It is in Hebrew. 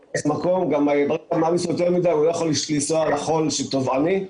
הוא לא יכול לנסוע על החול שהוא טובעני,